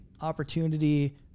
opportunity